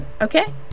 okay